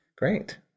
Great